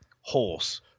horse